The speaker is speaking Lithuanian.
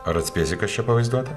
ar atspėsi kas čia pavaizduota